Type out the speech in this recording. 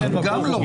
גם לא.